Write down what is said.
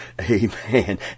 amen